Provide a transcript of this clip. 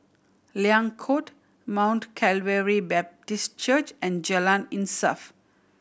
Liang Court Mount Calvary Baptist Church and Jalan Insaf